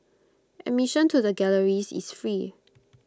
admission to the galleries is free